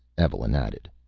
evelyn added.